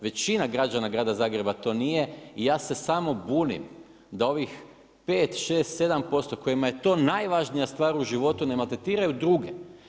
Većina građana grada Zagreba to nije i ja se samo bunim da ovih 5, 6, 7% kojima je to najvažnija stvar u životu ne maltretiraju druge.